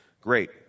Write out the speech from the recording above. great